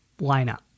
lineup